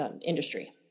Industry